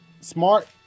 smart